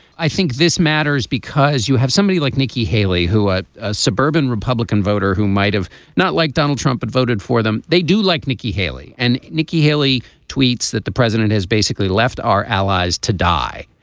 i think this matters because you have somebody like nikki haley who a ah suburban republican voter who might have not like donald trump but voted for them. they do like nikki haley and nikki haley tweets that the president has basically left our allies to die.